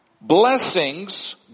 blessings